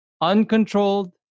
Uncontrolled